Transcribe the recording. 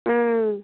ওম